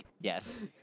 Yes